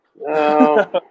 No